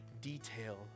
detail